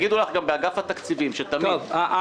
יגידו לך גם באגף התקציבים שתמיד -- טוב.